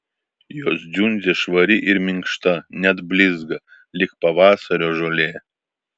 jos dziundzė švari ir minkšta net blizga lyg pavasario žolė